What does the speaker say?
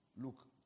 look